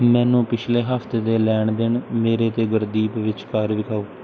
ਮੈਨੂੰ ਪਿਛਲੇ ਹਫ਼ਤੇ ਦੇ ਲੈਣ ਦੇਣ ਮੇਰੇ ਅਤੇ ਗੁਰਦੀਪ ਵਿਚਕਾਰ ਵਿਖਾਓ